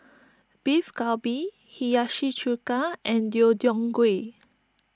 Beef Galbi Hiyashi Chuka and Deodeok Gui